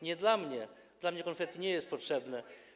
Nie dla mnie, mnie konfetti nie jest potrzebne.